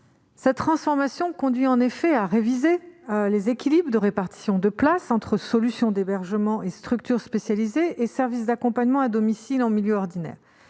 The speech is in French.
Cette transformation conduit à réviser les équilibres de répartition de places entre solutions d'hébergement en structure spécialisée et services d'accompagnement à domicile et en milieu ordinaire,